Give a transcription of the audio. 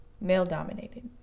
male-dominated